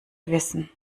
wissen